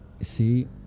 see